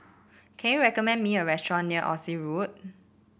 can you recommend me a restaurant near Oxley Road